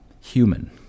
Human